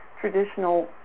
traditional